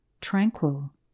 tranquil